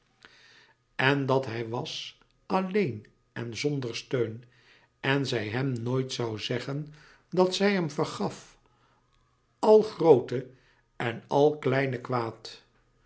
en dat hij was alleen en zonder steun en zij hem nooit zoû zeggen dat zij hem vergaf al groote en al kleine kwaad